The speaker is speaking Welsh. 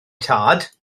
tad